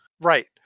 Right